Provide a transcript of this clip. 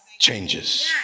changes